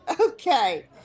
Okay